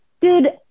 dude